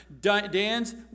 Dan's